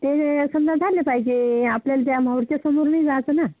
ते समजा झाले पाहिजे आपल्याला ज्या माहूरच्या समोर नाही जायचं ना